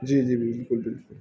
جی جی بالکل بالکل